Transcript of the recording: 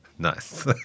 nice